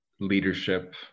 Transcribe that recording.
leadership